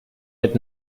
had